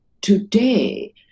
today